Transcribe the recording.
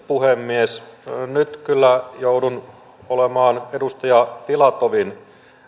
puhemies nyt kyllä joudun olemaan edustaja filatovin